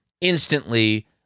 instantly